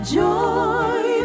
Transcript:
joy